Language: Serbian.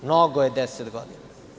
Mnogo je deset godina.